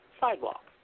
sidewalk